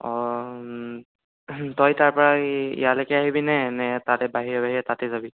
অ' তই তাৰ পৰা এই ইয়ালৈকে আহিবনে নে তাতে বাহিৰে বাহিৰে তাতে যাবি